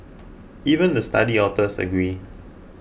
even the study authors agreed